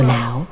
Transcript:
now